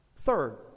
Third